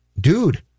dude